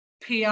pr